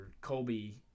colby